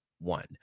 one